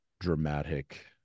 dramatic